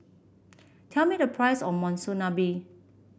tell me the price of Monsunabe